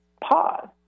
Pause